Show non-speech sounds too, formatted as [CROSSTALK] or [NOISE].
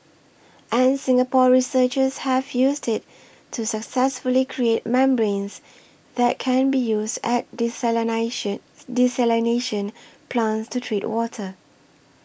and Singapore researchers have used it to successfully create membranes that can be used at [UNINTELLIGIBLE] desalination plants to treat water